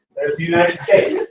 there's the united states.